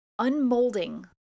unmolding